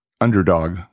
underdog